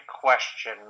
question